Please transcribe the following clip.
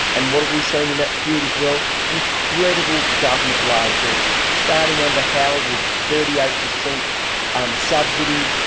and what have we seen in that period as well? incredible government largess, starting under howard with the thirty eight percent um subsidy,